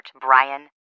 Brian